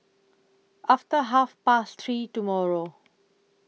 after Half Past three tomorrow